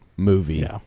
Movie